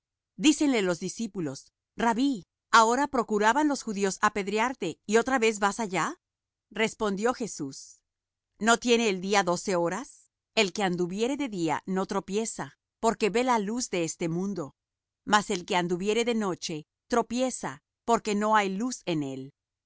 vez dícenle los discípulos rabbí ahora procuraban los judíos apedrearte y otra vez vas allá respondió jesús no tiene el día doce horas el que anduviere de día no tropieza porque ve la luz de este mundo mas el que anduviere de noche tropieza porque no hay luz en él